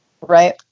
Right